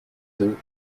deux